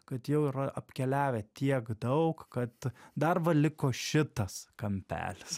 kad jau yra apkeliavę tiek daug kad dar va liko šitas kampelis